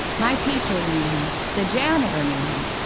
my teachers knew him. the janitor knew him.